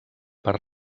per